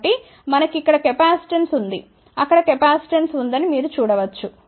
కాబట్టి మనకు ఇక్కడ కెపాసిటెన్స్ ఉంది అక్కడ కెపాసిటెన్స్ ఉందని మీరు చూడ వచ్చు